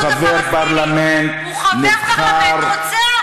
הוא חבר פרלמנט רוצח.